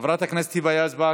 חברת הכנסת היבה יזבק,